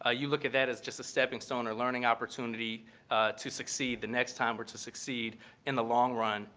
ah you look at that as just a stepping stone or a learning opportunity to succeed the next time or to succeed in the long run.